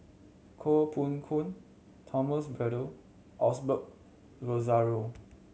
Koh Poh Koon Thomas Braddell Osbert Rozario